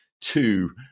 two